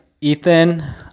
Ethan